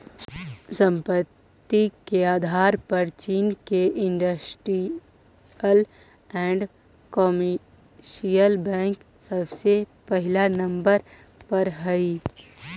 संपत्ति के आधार पर चीन के इन्डस्ट्रीअल एण्ड कमर्शियल बैंक सबसे पहिला नंबर पर हई